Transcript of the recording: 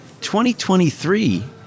2023